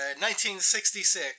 1966